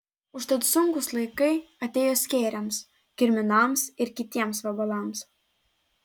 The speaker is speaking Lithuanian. užtat sunkūs laikai atėjo skėriams kirminams ir kitiems vabalams